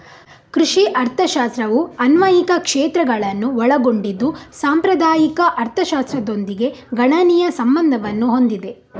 ಕೃಷಿ ಅರ್ಥಶಾಸ್ತ್ರವು ಅನ್ವಯಿಕ ಕ್ಷೇತ್ರಗಳನ್ನು ಒಳಗೊಂಡಿದ್ದು ಸಾಂಪ್ರದಾಯಿಕ ಅರ್ಥಶಾಸ್ತ್ರದೊಂದಿಗೆ ಗಣನೀಯ ಸಂಬಂಧವನ್ನು ಹೊಂದಿದೆ